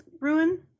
ruin